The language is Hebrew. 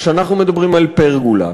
כשאנחנו מדברים על פרגולה,